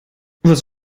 was